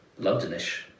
londonish